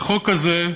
החוק הזה,